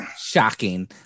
shocking